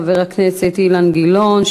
חבר הכנסת אילן גילאון,